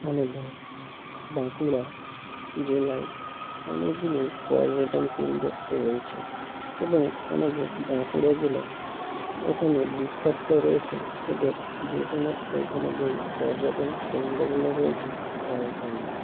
আমাদের বাঁকুড়া জেলায় অনেকগুলোই পর্যটন কেন্দ্র রয়েছে এবং আমাদের বাঁকুড়া জেলা এখানে বিখ্যাত রয়েছে এদের যে সমস্ত এখানে যেই পর্যটন কেন্দ্রগুলো রয়েছে তার জন্য